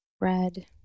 red